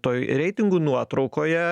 toj reitingų nuotraukoje